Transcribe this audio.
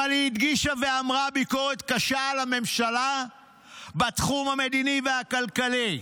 אבל היא הדגישה ואמרה ביקורת קשה על הממשלה בתחום המדיני והכלכלי,